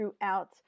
throughout